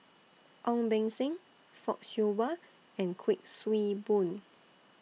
Ong Beng Seng Fock Siew Wah and Kuik Swee Boon